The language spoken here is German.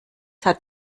hat